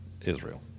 Israel